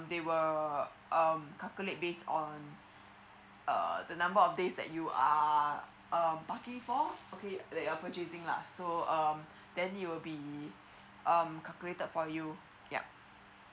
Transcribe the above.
they will um calculate based on uh the number of days that you are uh parking for okay uh like your purchasing lah so um then you will be um calculated for you yup